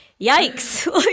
Yikes